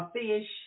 fish